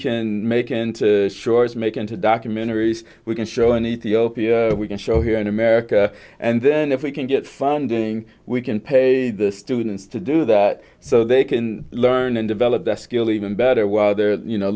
can make and shorts make into documentaries we can show in ethiopia we can show here in america and then if we can get funding we can pay the students to do that so they can learn and develop that skill even better while they're you know